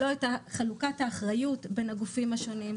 לא את חלוקת האחריות בין הגופים השונים.